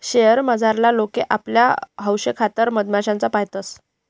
शयेर मझारला लोके आपला हौशेखातर मधमाश्या पायतंस